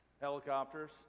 Helicopters